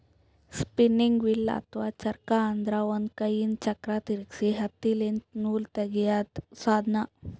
spinning wheel ಅಥವಾ ಚರಕ ಅಂದ್ರ ಒಂದ್ ಕೈಯಿಂದ್ ಚಕ್ರ್ ತಿರ್ಗಿಸಿ ಹತ್ತಿಲಿಂತ್ ನೂಲ್ ತಗ್ಯಾದ್ ಸಾಧನ